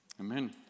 Amen